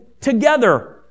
together